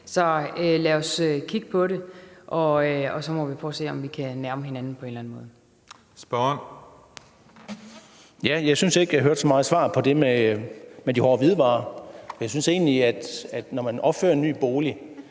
Juhl): Spørgeren. Kl. 15:45 Søren Egge Rasmussen (EL): Jeg synes ikke, at jeg hørte så meget svar på det med de hårde hvidevarer. Jeg synes egentlig, at når man opfører en ny bolig,